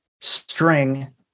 string